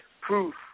proof